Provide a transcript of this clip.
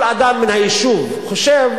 כל אדם מן היישוב חושב